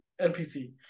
NPC